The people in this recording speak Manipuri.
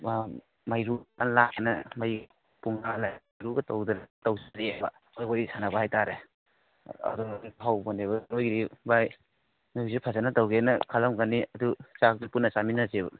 ꯑꯥ ꯃꯩꯔꯨ ꯐꯖꯅ ꯂꯥꯠꯇꯅ ꯃꯩ ꯐꯨꯡꯒꯥ ꯂꯥꯏꯔꯨꯒ ꯇꯧꯗꯅ ꯇꯧꯗꯧꯔꯤꯌꯦꯕ ꯑꯩꯈꯣꯏ ꯋꯥꯔꯤ ꯁꯥꯟꯅꯕ ꯍꯥꯏꯕ ꯇꯥꯔꯦ ꯑꯗꯨꯗ ꯍꯧꯕꯅꯦꯕ ꯅꯣꯏꯒꯤꯗꯤ ꯚꯥꯏ ꯅꯣꯏꯒꯤꯁꯨ ꯐꯖꯅ ꯇꯧꯒꯦꯅ ꯈꯜꯂꯝꯒꯅꯤ ꯑꯗꯨ ꯆꯥꯛꯇꯨ ꯄꯨꯟꯅ ꯆꯥꯃꯤꯟꯅꯁꯦꯕ